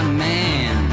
man